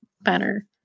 better